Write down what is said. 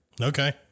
Okay